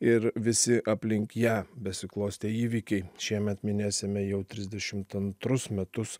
ir visi aplink ją besiklostę įvykiai šiemet minėsime jau trisdešimt antrus metus